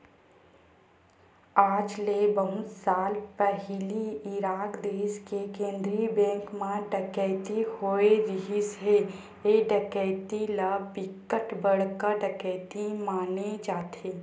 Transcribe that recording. आज ले बहुत साल पहिली इराक देस के केंद्रीय बेंक म डकैती होए रिहिस हे ए डकैती ल बिकट बड़का डकैती माने जाथे